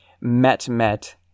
met-met